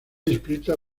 escrita